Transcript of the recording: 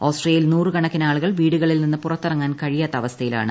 ഓസ്ട്രിയയിൽ നൂറ് കണക്കിന് ആളുകൾ വീടുകളിൽ നിന്ന് പുറത്തിറങ്ങാൻ കഴിയാത്ത അവസ്ഥയിലാണ്